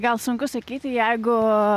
gal sunku sakyti jeigu